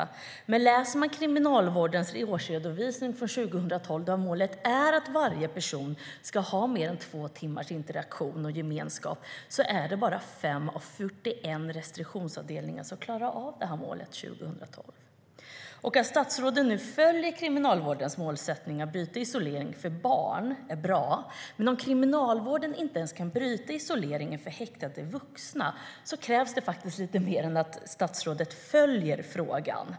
Om man läser Kriminalvårdens årsredovisning för 2012, där målet är att varje person ska ha mer än två timmars interaktion och gemenskap, ser man att det bara är 5 av 41 restriktionsavdelningar som klarar av detta mål 2012. Det är bra att statsrådet nu följer Kriminalvårdens målsättning att bryta isoleringen för barn. Men om Kriminalvården inte ens kan bryta isoleringen för häktade vuxna krävs det lite mer än att statsrådet följer frågan.